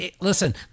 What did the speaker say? listen